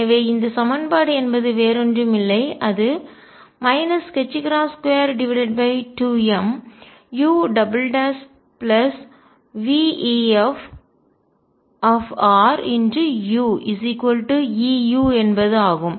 எனவே இந்த சமன்பாடு என்பது வேறு ஒன்றும் இல்லை அது 22m uveffuEu என்பது ஆகும்